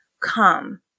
come